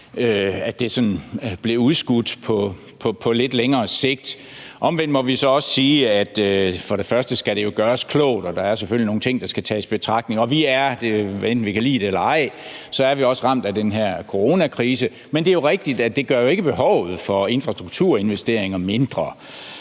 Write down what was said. at de blev udskudt til lidt længere ud i fremtiden. Omvendt må vi så også sige, at det jo for det første skal gøres klogt, og der er selvfølgelig nogle ting, der skal tages i betragtning, og at vi for det andet, hvad enten vi kan lide det eller ej, også er ramt af den her coronakrise. Men det er jo rigtigt, at det ikke gør behovet for infrastrukturinvesteringer mindre.